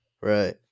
Right